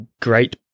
great